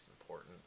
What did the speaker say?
important